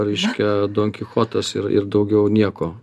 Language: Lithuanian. reiškia donkichotas ir ir daugiau nieko